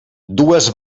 dues